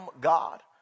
God